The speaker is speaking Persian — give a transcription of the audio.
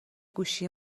گوشی